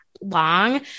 long